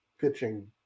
pitching